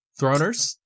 Throners